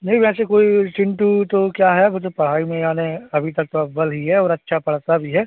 नहीं वैसे कोई चिंटू तो क्या है मतलब पढ़ाई में यानि अभी तक तो अव्वल ही है और अच्छा पढ़ता भी है